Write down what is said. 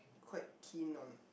quite keen on